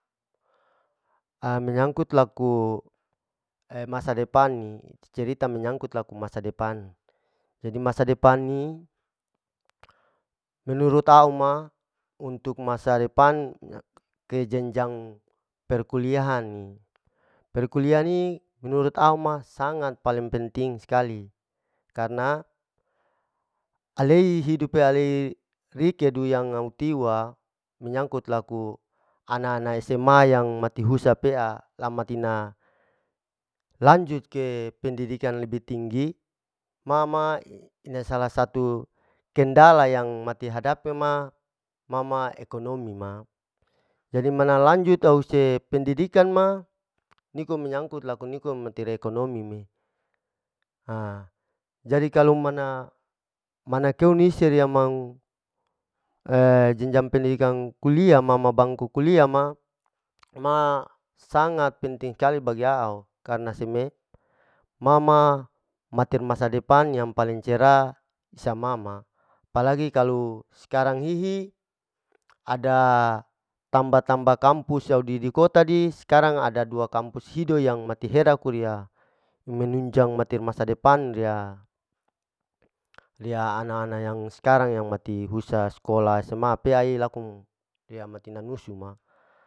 A'menyangkut laku e masa depan ni cerita menyangkut laku masa depan, jadi masa depan ni, menurut au ma, untuk masa depan kejenjang perkulian ni, perkulian ni menurut au ma sangat paling penting skali, karna alei hidup alei rikedu yang au tiwa menyangkut laku anak-anak sma yang mati husa pea, lamatina lanjut ke pendidikan lebih tinggi, ma ma ina salah satu kendala yang mate hadapi ma ma ma ekonomi ma, jadi mana lanjut ha huse pendidikan ma nikom menyangkut laku nikom materi ekonomi me, jadi kalu mana, mana keu nise riya mau jenjang pendidikan kulia ma ma bangku kulia ma, ma sangat penting kali bagi au karna seme, ma ma mater masa depan yang paling cerah sama ma ma, apa lagi kalu skarang hihi ada tamaba-tamba kampus audi dikota di skarang ada dua kampus hido yang mati hera kulia menunjang mater masa depan riya, lia ana-ana yang skarang yang mati husa skolah sma pea e laku riya mati nanusu ma.